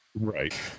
Right